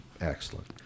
excellent